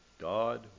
God